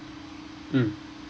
mm